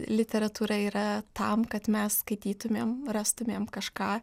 literatūra yra tam kad mes skaitytumėm rastumėm kažką